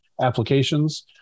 applications